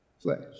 flesh